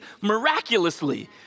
miraculously